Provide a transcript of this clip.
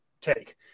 take